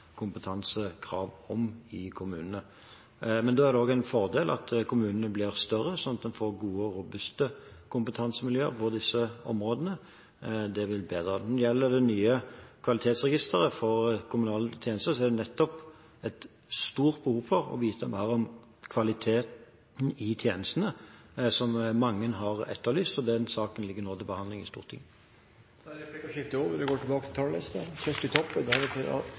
kompetansekrav til i kommunene. Da er det en fordel at kommunene blir større, sånn at en får gode og robuste kompetansemiljø på disse områdene. Det vil bedre det. Når det gjelder det nye kvalitetsregisteret for kommunale tjenester, er det et stort behov for å vite mer om nettopp kvaliteten i tjenestene, som mange har etterlyst. Den saken ligger nå til behandling i Stortinget. Replikkordskiftet er